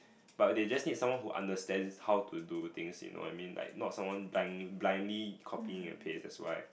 but they just need someone who understands how to do things you know what I mean like not someone blindly blindly copying and paste that's why